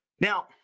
Now